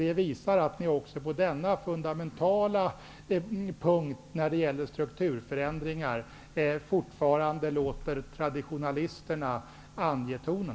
Det visar att ni också på dennna fundamentala punkt, när det gäller strukturförändringar, fortfarande låter traditionalisterna ange tonen.